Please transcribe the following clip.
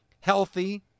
healthy